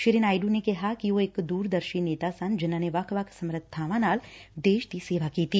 ਸ੍ਰੀ ਨਾਇਡੂ ਨੇ ਕਿਹਾ ਕਿ ਉਹ ਇਕ ਦੁਰਦਰਸ਼ੀ ਨੇਤਾ ਸਨ ਜਿਨੂਾਂ ਨੇ ਵੱਖ ਵੱਖ ਸਮਰੱਬਾਵਾਂ ਨਾਲ ਦੇਸ਼ ਦੀ ਸੇਵਾ ਕੀਤੀ